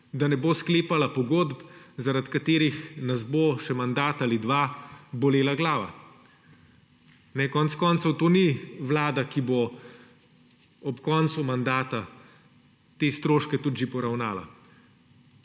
da ne bo sklepala pogodb, zaradi katerih nas bo še mandat ali dva bolela glava. Konec koncev to ni vlada, ki bo ob koncu mandata te stroške tudi že poravnala.